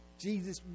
Jesus